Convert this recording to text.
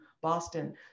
Boston